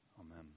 Amen